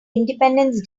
independence